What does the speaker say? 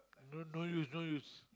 I don't no use no use